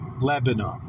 Lebanon